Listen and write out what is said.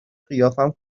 قیافم